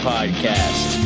Podcast